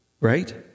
right